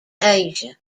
asia